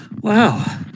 Wow